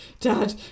dad